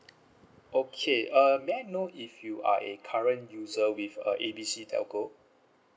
okay um may I know if you are a current user with uh A B C telco